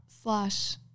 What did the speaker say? slash